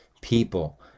people